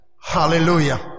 Hallelujah